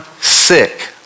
sick